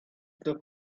the